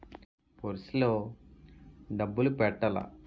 Purse లో డబ్బులు పెట్టలా?